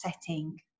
setting